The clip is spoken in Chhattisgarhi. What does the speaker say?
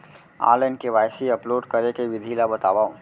ऑनलाइन के.वाई.सी अपलोड करे के विधि ला बतावव?